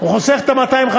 הוא חוסך את ה-250,